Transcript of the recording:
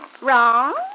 Wrong